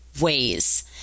ways